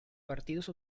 partidos